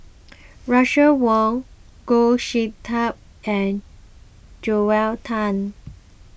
Russel Wong Goh Sin Tub and Joel Tan